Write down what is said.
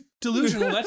delusional